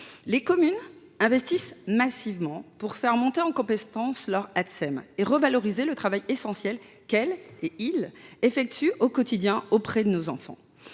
Les communes investissent massivement pour faire monter en compétences leurs Atsem et revaloriser le travail essentiel qu’elles ou ils effectuent au quotidien auprès de nos enfants.